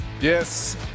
Yes